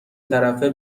طرفه